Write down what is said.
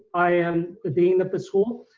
i am a dean at the school.